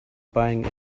buying